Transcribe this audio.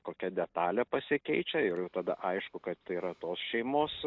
kokia detalė pasikeičia ir tada aišku kad tai yra tos šeimos